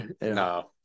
No